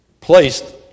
placed